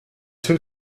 two